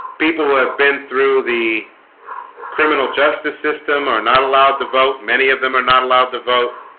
people who have been through the criminal justice system are not allowed to vote many of them are not allowed to vote